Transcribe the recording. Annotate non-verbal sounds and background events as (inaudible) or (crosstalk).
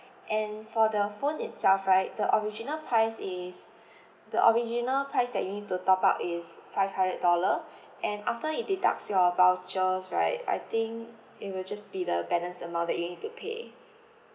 and for the phone itself right the original price is (breath) the original price that you need to top up is five hundred dollar and after it deducts your vouchers right I think it will just be the balance amount that you need pay